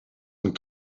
een